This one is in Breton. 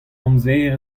amzer